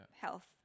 health